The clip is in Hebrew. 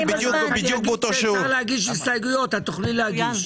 כשאפשר יהיה להגיש הסתייגויות, תוכלי להגיש.